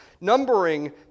numbering